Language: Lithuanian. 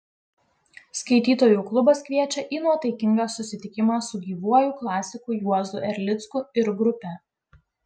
skaitytojų klubas kviečia į nuotaikingą susitikimą su gyvuoju klasiku juozu erlicku ir grupe